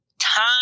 time